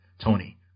Tony